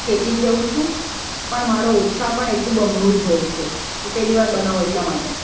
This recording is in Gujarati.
ચેતી જ જાઉં છું પણ મારો ઉત્સાહ પણ એટલું બમણું જ હોય છે કે પહેલીવાર બનાવું એટલા માટે